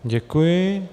Děkuji.